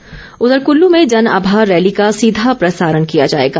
rally प्रसारण उधर कुल्लू में जन आभार रैली का सीधा प्रसारण किया जाएगा